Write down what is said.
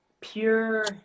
pure